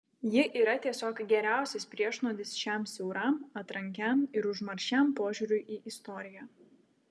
ji yra tiesiog geriausias priešnuodis šiam siauram atrankiam ir užmaršiam požiūriui į istoriją